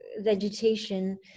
vegetation